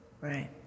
Right